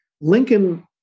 Lincoln